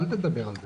אל תדבר על זה.